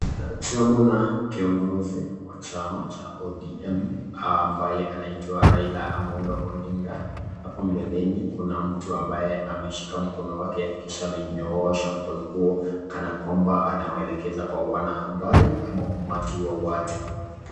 Tunamuona kiongozi wa chama cha ODM ambaye anaitwa Raila Amollo Odinga. Hapo mbeleni kuna mtu ambaye ameshika mkono wake kisha amenyoosha mkono huo kana kwamba anaweelekeza kwa wanahabari ama umati wa watu.